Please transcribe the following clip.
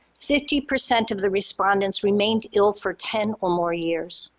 fifty percent of the respondents remained ill for ten or more years.